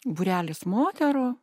būrelis moterų